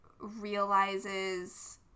realizes